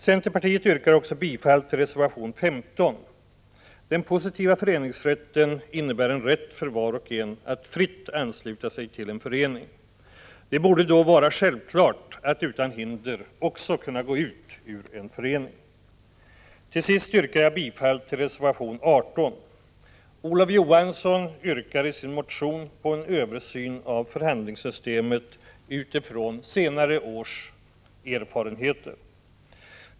Centerpartiet yrkar också bifall till reservation 15. Den positiva föreningsrätten innebär en rätt för var och en att fritt ansluta sig till en förening. Det borde då vara självklart att utan hinder också kunna gå ur en förening. Till sist yrkar jag bifall till reservation 18. Olof Johansson yrkari sin motion på en översyn av förhandlingssystemet utifrån senare års erfarenheter.